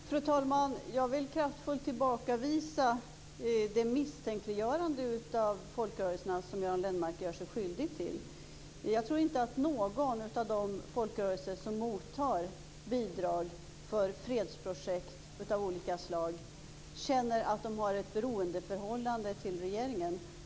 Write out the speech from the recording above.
Fru talman! Jag vill kraftfullt tillbakavisa det misstänkliggörande av folkrörelserna som Göran Lennmarker gör sig skyldig till. Jag tror inte att någon av de folkrörelser som mottar bidrag för fredsprojekt av olika slag känner att de har ett beroendeförhållande till regeringen.